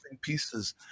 pieces